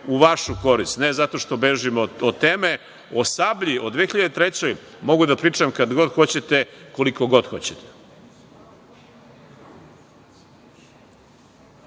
u vašu korist, ne zato što bežim od teme.O „Sablji“, o 2003. godini mogu da pričam kad god hoćete, koliko god hoćete.